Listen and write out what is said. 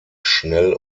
schnell